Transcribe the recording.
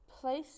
Place